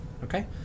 Okay